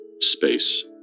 space